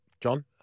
John